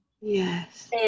Yes